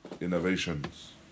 innovations